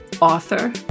author